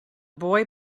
boy